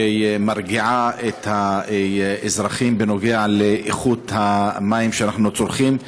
שמרגיעה את האזרחים בנוגע לאיכות המים שאנחנו צורכים.